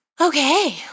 Okay